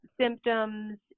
symptoms